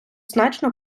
значно